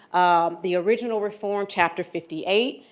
um the original reform, chapter fifty eight,